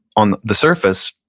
on the surface,